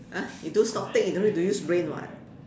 !huh! you do stock take you don't need to use brain [what]